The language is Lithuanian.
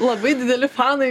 labai dideli fanai